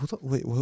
wait